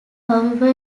however